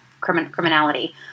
criminality